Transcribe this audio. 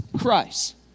Christ